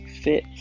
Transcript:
Fit